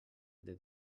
del